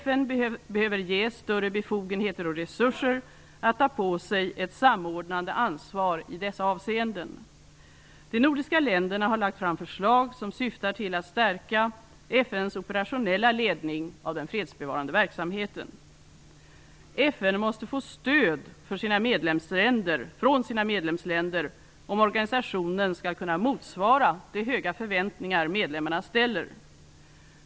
FN behöver ges större befogenheter och resurser att ta på sig ett samordnande ansvar i dessa avseenden. De nordiska länderna har lagt fram förslag som syftar till att stärka FN:s operationella ledning av den fredsbevarande verksamheten. FN måste få stöd från sina medlemsländer om organisationen skall kunna motsvara de höga förväntningar som medlemmarna ställer.